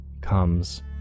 comes